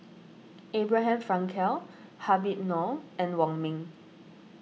Abraham Frankel Habib Noh and Wong Ming